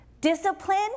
discipline